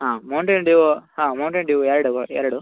ಹಾಂ Mountain Dew ಹಾಂ Mountain Dew ಎರಡು ಎರಡು